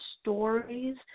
stories